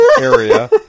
area